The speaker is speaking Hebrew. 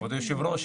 כבוד היושב-ראש,